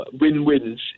win-wins